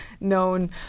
known